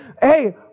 hey